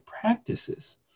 practices